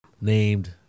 named